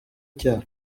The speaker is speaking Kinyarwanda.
icyaha